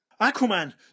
Aquaman